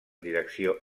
direcció